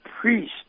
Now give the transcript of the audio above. priest